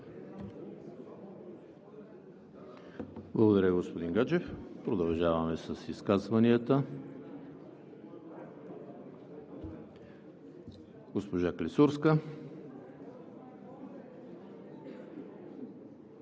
Благодаря, господин Гаджев. Продължаваме с изказванията. Госпожа Клисурска.